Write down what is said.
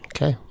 Okay